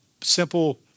simple